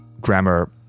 grammar